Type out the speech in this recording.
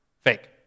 fake